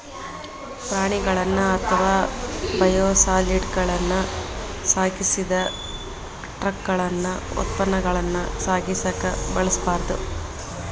ಪ್ರಾಣಿಗಳನ್ನ ಅಥವಾ ಬಯೋಸಾಲಿಡ್ಗಳನ್ನ ಸಾಗಿಸಿದ ಟ್ರಕಗಳನ್ನ ಉತ್ಪನ್ನಗಳನ್ನ ಸಾಗಿಸಕ ಬಳಸಬಾರ್ದು